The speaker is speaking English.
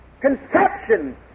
conception